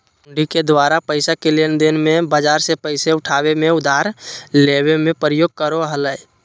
हुंडी के द्वारा पैसा के लेनदेन मे, बाजार से पैसा उठाबे मे, उधार लेबे मे प्रयोग करो हलय